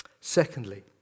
Secondly